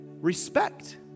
Respect